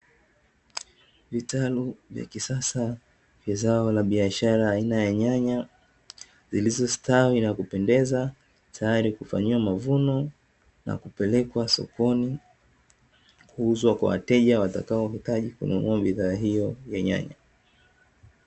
Vitalu vya kisasa vya zao la biashara aina ya nyanya zilizostawi na kupendeza tayari kufanyiwa mavuno, na kupelekwa sokoni kuuzwa kwa wateja watakaohitaji kununua bidhaa hiyo ya nyanya.